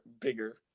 bigger